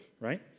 right